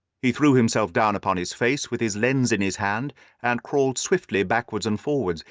he threw himself down upon his face with his lens in his hand and crawled swiftly backward and forward,